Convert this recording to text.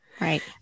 right